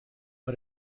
but